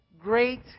great